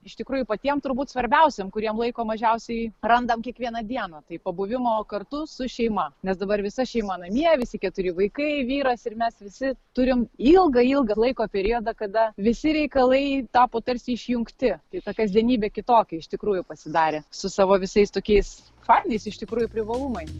iš tikrųjų patiem turbūt svarbiausiem kuriem laiko mažiausiai randam kiekvieną dieną tai pabuvimo kartu su šeima nes dabar visa šeima namie visi keturi vaikai vyras ir mes visi turim ilgą ilgą laiko periodą kada visi reikalai tapo tarsi išjungti kai ta kasdienybė kitokia iš tikrųjų pasidarė su savo visais tokiais fainais iš tikrųjų privalumais